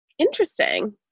Interesting